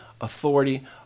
authority